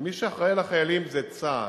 ומי שאחראי לחיילים זה צה"ל,